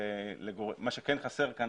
מה שכן חסר כאן,